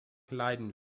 leiden